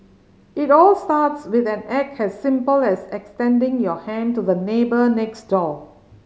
it all starts with an act as simple as extending your hand to the neighbour next door